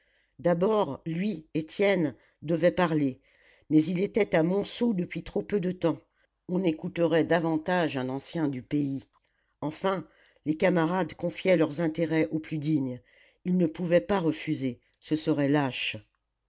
d'abord lui étienne devait parler mais il était à montsou depuis trop peu de temps on écouterait davantage un ancien du pays enfin les camarades confiaient leurs intérêts au plus digne il ne pouvait pas refuser ce serait lâche